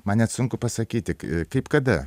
man net sunku pasakyti kaip kada